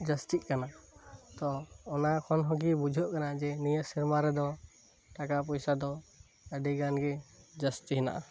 ᱡᱟᱥᱛᱤᱜ ᱠᱟᱱᱟ ᱛᱚ ᱚᱱᱟ ᱠᱷᱚᱱ ᱜᱮ ᱵᱩᱡᱷᱟᱹᱜ ᱠᱟᱱᱟ ᱡᱮ ᱱᱤᱭᱟᱹ ᱥᱮᱨᱢᱟ ᱨᱮᱫᱚ ᱴᱟᱠᱟ ᱯᱚᱭᱥᱟ ᱫᱚ ᱟᱹᱰᱤᱜᱟᱱ ᱜᱮ ᱡᱟᱹᱥᱛᱤ ᱦᱮᱱᱟᱜᱼᱟ